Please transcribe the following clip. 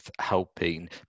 helping